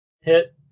hit